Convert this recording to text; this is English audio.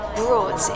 brought